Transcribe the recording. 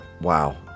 Wow